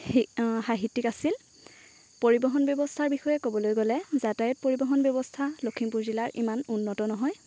সেই সাহিত্যিক আছিল পৰিবহণ ব্যৱস্থাৰ বিষয়ে ক'বলৈ গ'লে যাতায়াত পৰিবহণ ব্যৱস্থা লখিমপুৰ জিলাৰ ইমান উন্নত নহয়